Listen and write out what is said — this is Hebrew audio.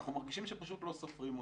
אנחנו מרגישים שפשוט לא סופרים אותנו.